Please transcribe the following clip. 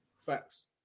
Facts